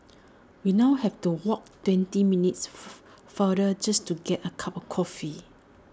we now have to walk twenty minutes F farther just to get A cup of coffee